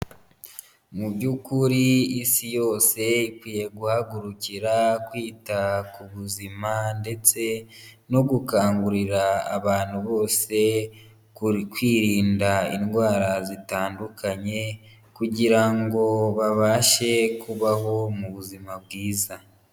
Mu by'ukuri isi yose ikwiye guhagurukira kwita ku buzima ndetse no gukangurira abantu bose kwirinda indwara zitandukanye, kugira ngo babashe kubaho mu buzima bwiza.